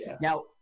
Now